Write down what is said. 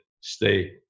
stay